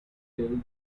they